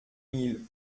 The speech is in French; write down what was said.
mille